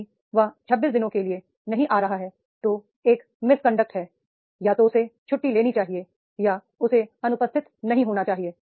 यदि वह 26 दिनों के लिए नहीं आ रहा है तो एक मिसकंडक्ट है या तो उसे छु ट्टी लेनी चाहिए या उसे अनुपस्थित नहीं होना चाहिए